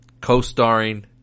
co-starring